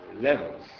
levels